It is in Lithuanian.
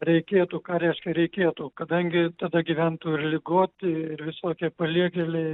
reikėtų ką reiškia reikėtų kadangi tada gyventų ir ligoti ir visokie paliegėliai